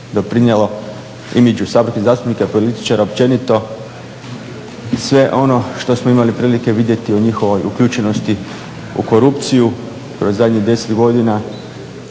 doprinijelo imidžu saborskih zastupnika, političara općenito i sve ono što smo imali prilike vidjeti u njihovoj uključenosti u korupciju kroz zadnjih 10 godina.